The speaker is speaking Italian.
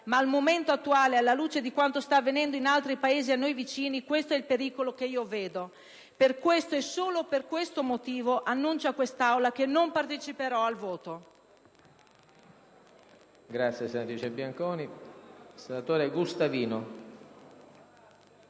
ma al momento attuale, alla luce di quanto sta avvenendo in altri Paesi a noi vicini, questo è il pericolo che io vedo. Per questo e solo per questo motivo annuncio all'Aula che non parteciperò al voto.